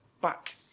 back